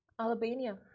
Albania